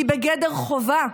היא בגדר חובה,